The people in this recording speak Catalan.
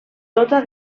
tota